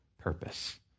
purpose